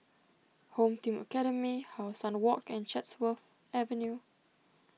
Home Team Academy How Sun Walk and Chatsworth Avenue